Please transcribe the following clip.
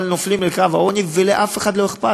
אבל הם נופלים אל מתחת לקו העוני ולאף אחד לא אכפת.